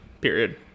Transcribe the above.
Period